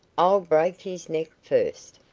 i'll break his neck first.